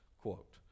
quote